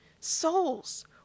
souls